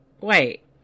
Wait